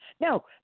No